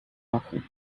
machen